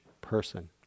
person